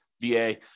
VA